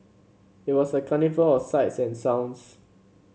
it was a carnival of sights and sounds